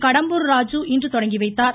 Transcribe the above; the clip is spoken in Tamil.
கடம்பூர் ராஜு இன்று தொடங்கி வைத்தார்